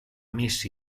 miss